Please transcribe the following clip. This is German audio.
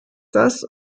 das